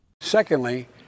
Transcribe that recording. Secondly